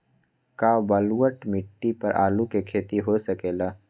का बलूअट मिट्टी पर आलू के खेती हो सकेला?